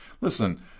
Listen